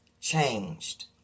changed